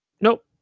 Nope